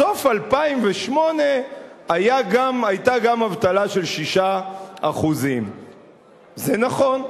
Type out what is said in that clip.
בסוף 2008 היתה אבטלה של 6%. זה נכון.